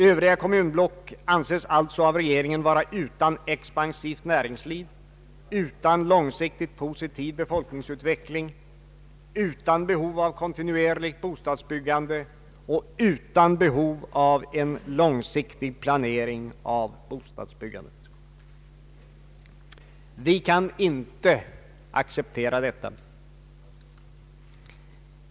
Övriga kommunblock anses alltså av regeringen vara utan expansivt näringsliv, utan långsiktigt positiv befolkningsutveckling, utan behov av kontinuerligt bostadsbyggande och utan behov av en långsiktig planering av bostadsbyggandet. Vi kan inte acceptera detta.